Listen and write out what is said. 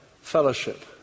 fellowship